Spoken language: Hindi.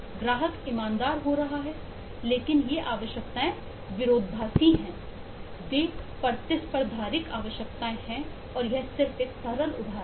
ग्राहक ईमानदार हो रहा है लेकिन ये आवश्यकताएं विरोधाभासी हैं वे प्रतिस्पर्धारिक आवश्यकताएं हैं और यह सिर्फ एक सरल उदाहरण है